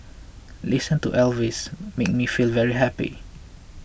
listening to Elvis makes me feel very happy